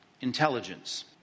intelligence